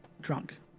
drunk